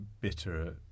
bitter